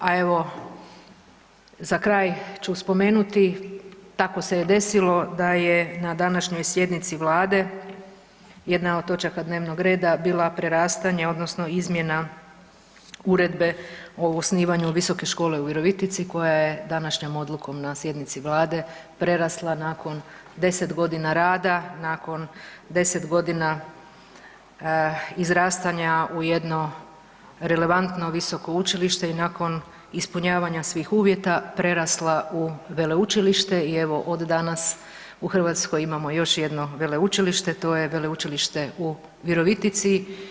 A evo za kraj ću spomenuti tako se je desilo da je na današnjoj sjednici Vlade jedna od točaka dnevnog reda bila prerastanje odnosno izmjena uredbe o osnivanju visoke škole u Virovitici koja je današnjom odlukom na sjednici Vlade prerasla nakon 10 godina rada, nakon 10 godina izrastanja u jedno relevantno visoko učilište i nakon ispunjavanja svih uvjeta prerasla u veleučilište i evo od danas u Hrvatskoj imamo još jedno veleučilište to je Veleučilište u Virovitici.